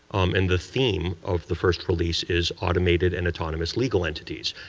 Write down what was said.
um and the theme of the first release is automated and autonomous legal entities.